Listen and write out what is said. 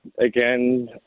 again